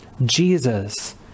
Jesus